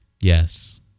yes